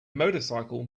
motorcycle